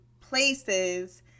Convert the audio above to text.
places